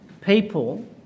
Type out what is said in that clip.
people